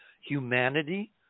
humanity